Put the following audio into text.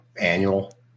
Annual